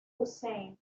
hussein